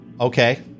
Okay